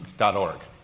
dot org.